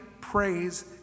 praise